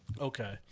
Okay